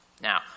Now